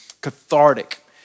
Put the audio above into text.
Cathartic